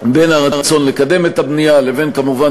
בין הרצון לקדם את הבנייה לבין כמובן